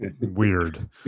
weird